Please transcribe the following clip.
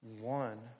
One